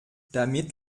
damit